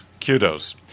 Kudos